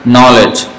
Knowledge